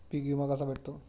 पीक विमा कसा भेटतो?